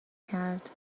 کرد